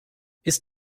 ist